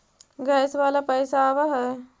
Gas वाला पैसा आव है?